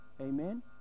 amen